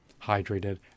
hydrated